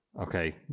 Okay